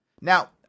Now